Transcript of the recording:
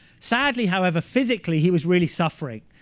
sadly, however, physically, he was really suffering.